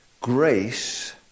grace